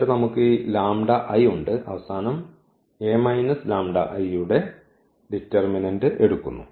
എന്നിട്ട് നമുക്ക് ഈ ഉണ്ട് അവസാനം യുടെ ഡിറ്റർമിനന്റ് എടുക്കുന്നു